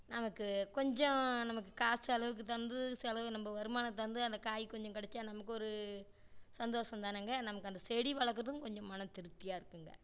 நமக்கு கொஞ்சம் நமக்கு காசு செலவுக்கு தகுந்து செலவு நம்ம வருமானத்து தகுந்து அந்த காய் கொஞ்சம் கிடைச்சா நமக்கு ஒரு சந்தோசந்தானங்க நமக்கு அந்த செடி வளர்க்கறதும் கொஞ்சம் மன திருப்தியாக இருக்குங்க